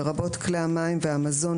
לרבות כלי המים והמזון,